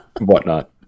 whatnot